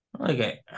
Okay